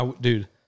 Dude